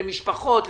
למשפחות,